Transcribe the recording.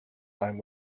line